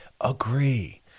Agree